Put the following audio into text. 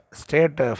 state